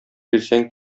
бирсәң